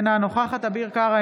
אינה נוכחת אביר קארה,